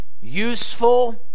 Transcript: useful